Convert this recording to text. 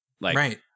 Right